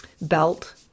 belt